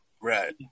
right